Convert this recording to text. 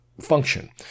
function